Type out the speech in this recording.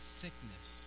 sickness